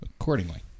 accordingly